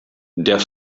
der